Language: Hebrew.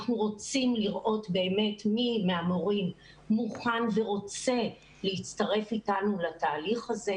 אנחנו רוצים לראות באמת מי מהמורים מוכן ורוצה להצטרף איתנו לתהליך הזה,